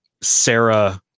sarah